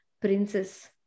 princess